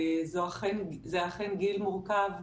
זה אכן גיל מורכב,